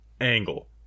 angle